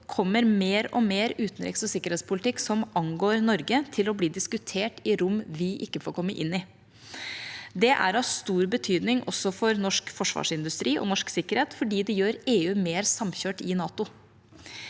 kommer mer og mer utenriks- og sikkerhetspolitikk som angår Norge, til å bli diskutert i rom vi ikke får komme inn i. Det er av stor betydning også for norsk forsvarsindustri og norsk sikkerhet, fordi det gjør EU mer samkjørt i NATO.